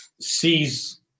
sees